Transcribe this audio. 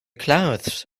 clothes